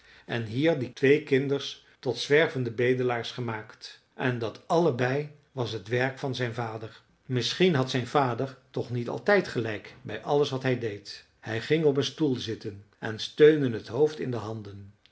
en hier die twee kinders tot zwervende bedelaars gemaakt en dat allebei was t werk van zijn vader misschien had zijn vader toch niet altijd gelijk bij alles wat hij deed hij ging op een stoel zitten en steunde het hoofd in de handen